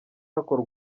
hakorwa